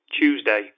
Tuesday